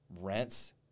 rents